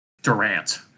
Durant